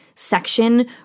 section